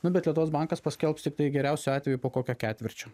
nu bet lietuvos bankas paskelbs tiktai geriausiu atveju po kokio ketvirčio